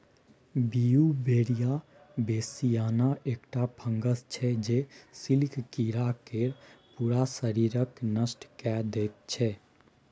Beauveria bassiana एकटा fungus छै जे सिल्क कीरा केर पुरा शरीरकेँ नष्ट कए दैत छै